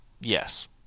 Yes